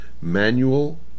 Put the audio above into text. Manual